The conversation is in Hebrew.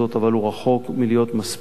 אבל הוא רחוק מלהיות מספיק.